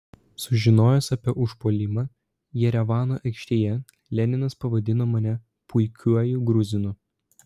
sužinojęs apie užpuolimą jerevano aikštėje leninas pavadino mane puikiuoju gruzinu